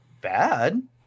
bad